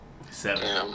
seven